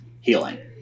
healing